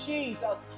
Jesus